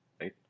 right